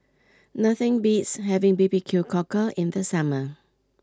nothing beats having B B Q Cockle in the summer